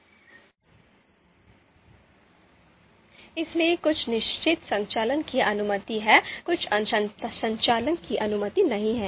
अंतराल स्केल कुछ ऐसा है जहां दो तत्वों के बीच अंतर सार्थक है हालांकि पूर्ण शून्य की अवधारणा नहीं है इसलिए कुछ निश्चित संचालन की अनुमति है कुछ संचालन की अनुमति नहीं है